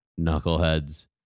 knuckleheads